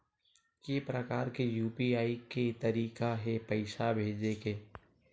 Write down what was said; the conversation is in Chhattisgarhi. के प्रकार के यू.पी.आई के तरीका हे पईसा भेजे के?